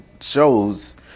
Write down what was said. shows